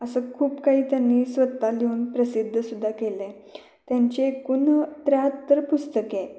असं खूप काही त्यांनी स्वतः लिहून प्रसिद्धसुद्धा केलं आहे त्यांचे एकूण त्र्याहत्तर पुस्तके आहेत